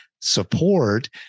support